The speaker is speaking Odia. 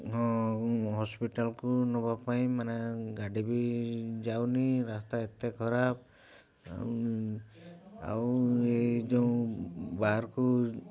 ହଁ ହସ୍ପିଟାଲକୁ ନେବା ପାଇଁ ମାନେ ଗାଡ଼ି ବି ଯାଉନି ରାସ୍ତା ଏତେ ଖରାପ ଆଉ ଏଇ ଯେଉଁ ବାହାରକୁ